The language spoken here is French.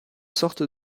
sortent